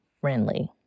friendly